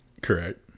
Correct